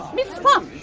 miss funn!